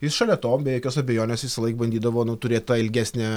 jis šalia to be jokios abejonės visąlaik bandydavo nu turėt tą ilgesnę